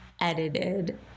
edited